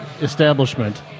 establishment